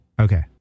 Okay